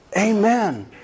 Amen